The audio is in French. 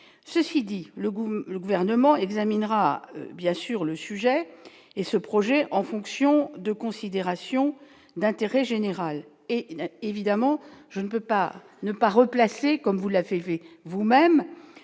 le goût, le gouvernement examinera bien sur le sujet et ce projet en fonction de considérations d'intérêt général et évidemment je ne peux pas ne pas replacer, comme vous l'fait et vous-même